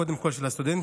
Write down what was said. קודם כול של הסטודנטים,